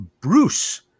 Bruce